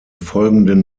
folgenden